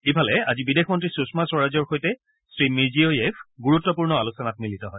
ইফালে আজি বিদেশ মন্ত্ৰী সুষমা স্বৰাজৰ সৈতে শ্ৰীমিৰ্জিঅয়েভে গুৰুত্পূৰ্ণ আলোচনাত মিলিত হয়